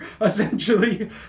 essentially